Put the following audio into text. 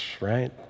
right